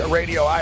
radio